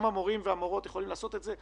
גם המורים והמורות יכולים לעשות את זה,